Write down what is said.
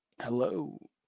Hello